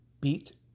beat